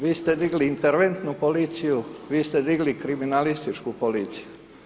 Vi ste digli interventnu policiju, vi ste digli kriminalističku policiju.